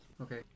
Okay